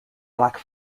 black